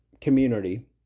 community